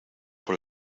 por